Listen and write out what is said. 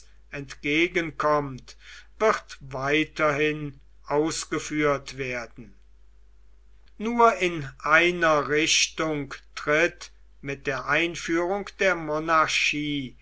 entgegenkommt wird weiterhin ausgeführt werden nur in einer richtung tritt mit der einführung der monarchie